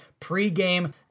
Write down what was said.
pregame